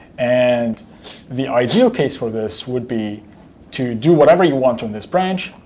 and the ideal case for this would be to do whatever you want on this branch,